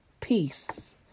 peace